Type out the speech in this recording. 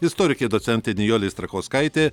istorikė docentė nijolė strakauskaitė